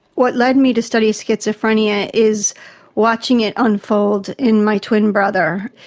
what led me to study schizophrenia is watching it unfold in my twin brother.